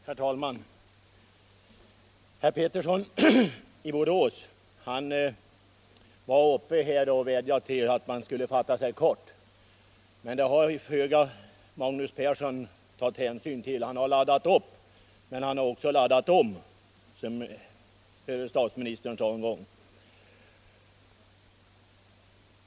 Herr talman! Herr Pettersson i Malmö vädjade till oss att vi skulle fatta oss kort, men det tog herr Persson i Karlstad föga hänsyn till. Han har laddat upp. men han har också laddat om, som förre statsministern sade en gång.